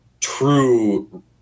true